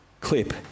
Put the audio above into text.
clip